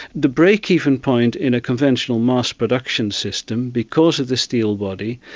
the breakeven point in a conventional mass production system, because of the steel body,